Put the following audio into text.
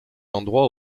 endroits